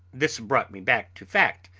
this brought me back to fact,